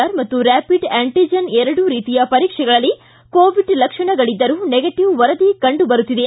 R ಮತ್ತು rapid antigen ಎರಡೂ ರೀತಿಯ ಪರೀಕ್ಷೆಗಳಲ್ಲಿ ಕೋವಿಡ್ ಲಕ್ಷಣಗಳಿದ್ದರೂ ನೆಗೆಟಿವ್ ವರದಿ ಕಂಡು ಬರುತ್ತಿದೆ